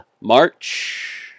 March